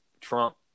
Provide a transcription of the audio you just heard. Trump